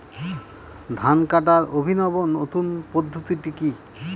ধান কাটার অভিনব নতুন পদ্ধতিটি কি?